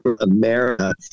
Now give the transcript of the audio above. America